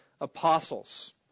apostles